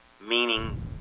meaning